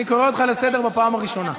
אני קורא אותך לסדר פעם ראשונה.